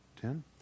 Ten